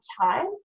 time